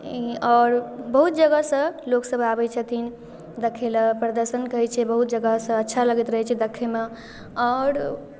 आओर बहुत जगहसँ लोकसभ आबै छथिन देखै लेल प्रदर्शन करै छै बहुत जगहसँ अच्छा लगैत रहै छै देखैमे आओर